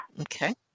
Okay